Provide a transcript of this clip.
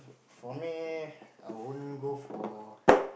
for me I wouldn't go for